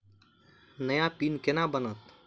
नया पिन केना बनत?